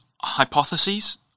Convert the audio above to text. Hypotheses